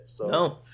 No